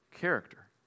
Character